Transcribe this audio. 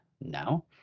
now